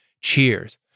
Cheers